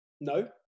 No